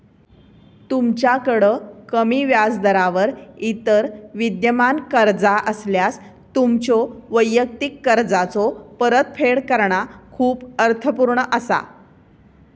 तुमच्याकड कमी व्याजदरावर इतर विद्यमान कर्जा असल्यास, तुमच्यो वैयक्तिक कर्जाचो परतफेड करणा खूप अर्थपूर्ण असा